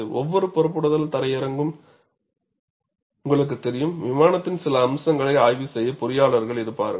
ஒவ்வொரு புறப்படுதலும் தரையிறங்கும் உங்களுக்குத் தெரியும் விமானத்தின் சில அம்சங்களை ஆய்வு செய்ய பொறியாளர்கள் இருப்பார்கள்